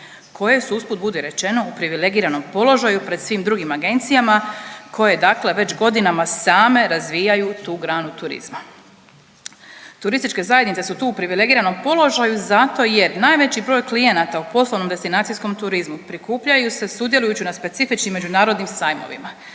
koje su usput budi rečeno u privilegiranom položaju pred svim drugim agencijama koje dakle već godinama same razvijaju tu granu turizma. Turističke zajednice su tu u privilegiranom položaju zato jer najveći broj klijenata u poslovnom destinacijskom turizmu prikupljaju se sudjelujući na specifičnim međunarodnim sajmovima,